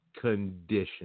condition